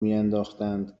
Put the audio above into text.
میانداختند